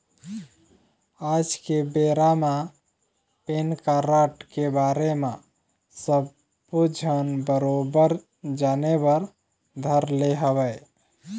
आज के बेरा म पेन कारड के बारे म सब्बो झन बरोबर जाने बर धर ले हवय